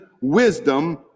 wisdom